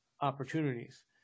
opportunities